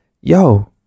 Yo